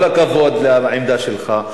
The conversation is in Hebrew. עם כל הכבוד לעמדה שלך,